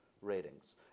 Ratings